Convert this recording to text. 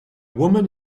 woman